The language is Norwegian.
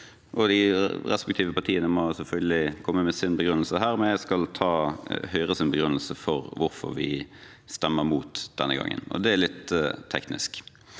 de respektive partiene må selvfølgelig komme med sine begrunnelser her, men jeg skal ta Høyres begrunnelse for hvorfor vi stemmer mot denne gangen, og det er litt teknisk.